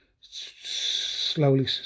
slowly